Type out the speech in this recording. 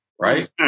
Right